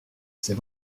c’est